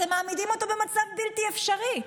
אתם מעמידים אותו במצב בלתי אפשרי.